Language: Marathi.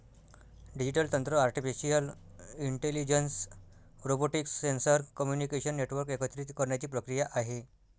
डिजिटल तंत्र artificial intelligence, robotics, sensor, communication network एकत्रित करण्याची प्रक्रिया आहे